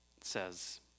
says